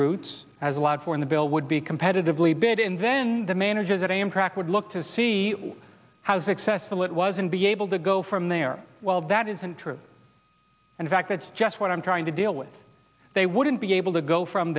routes as allowed for in the bill would be competitively bid and then the managers that amtrak would look to see how successful it was and be able to go from there well that isn't true and in fact that's just what i'm trying to deal with they wouldn't be able to go from